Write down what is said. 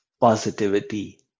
positivity